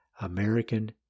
American